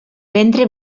ventre